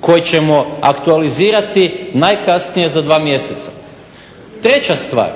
koji ćemo aktualizirati najkasnije za dva mjeseca. Treća stvar.